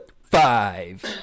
five